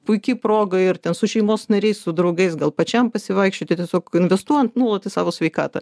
puiki proga ir ten su šeimos nariais su draugais gal pačiam pasivaikščioti tiesiog investuojant nu vat į savo sveikatą